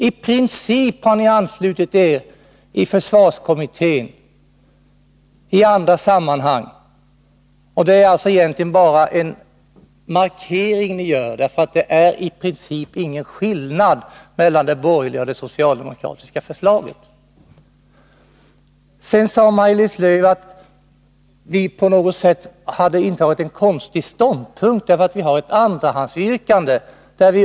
I princip har ni anslutit er i försvarskommittén och i andra sammanhang. Men det är bara en markering vi gör, för det är i princip ingen skillnad mellan det borgerliga och det socialdemokratiska förslaget. Sedan sa Maj-Lis Lööw att vi på något sätt hade intagit en konstig ståndpunkt, därför att vi har ett andrahandsyrkande.